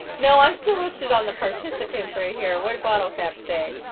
no i'm still listed on the participants right here what bottle caps they're